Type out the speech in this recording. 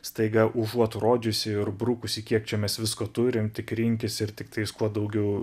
staiga užuot rodžiusi ir brukusi kiek čia mes visko turim tik rinkis ir tiktais kuo daugiau